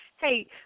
Hey